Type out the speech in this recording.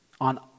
on